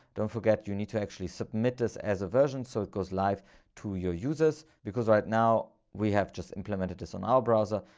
don't forget, you need to actually submit this as a version. so it goes live to your users. because right now, we have just implemented this on our browser.